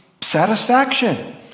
satisfaction